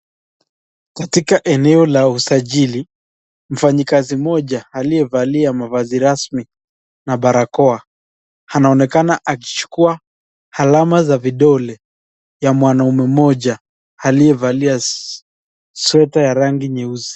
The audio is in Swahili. Katika eneo ya usajili mfanyikazi mmoja aliyevalia mavazi rasmi na barakoa anaonekana akichukuwa alama ya kidole ya mwanaume mmoja analiyevalia sweta ya rangi nyeupe.